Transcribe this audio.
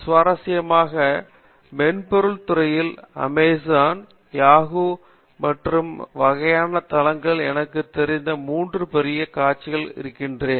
காமகோடி சுவாரஸ்யமாக மென்பொருள் துறையில் அமேசான் யாகூ மற்றும் இந்த வகையான தளங்கள் எனக்குத் தெரிந்த மூன்று பெரிய காட்சிகளில் அறிந்திருக்கிறேன்